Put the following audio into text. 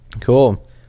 Cool